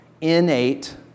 innate